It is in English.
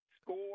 score